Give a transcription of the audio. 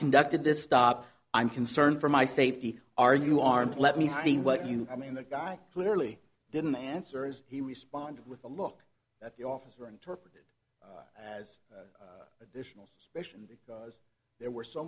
conducted this stop i'm concerned for my safety are you armed let me see what you i mean the guy clearly didn't answer as he responded with a look at the officer interpreted as additional suspicion because there were so